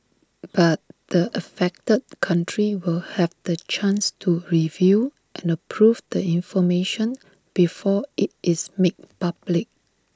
but the affected country will have the chance to review and approve the information before IT is made public